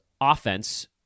offense